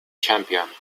champion